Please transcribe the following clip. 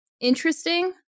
interesting